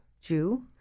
Jew